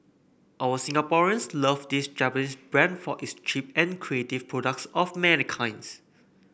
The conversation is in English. our Singaporeans love this Japanese brand for its cheap and creative products of many kinds